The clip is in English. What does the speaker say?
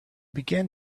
began